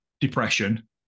depression